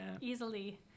easily